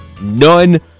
none